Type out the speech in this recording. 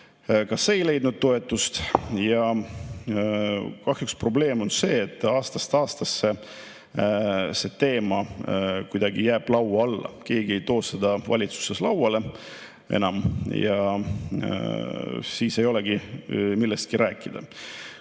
ka see ei leidnud toetust. Kahjuks probleem on see, et aastast aastasse see teema kuidagi jääb laua alla, keegi ei too seda valitsuses enam lauale ja siis ei olegi millestki rääkida.